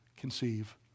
conceive